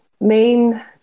main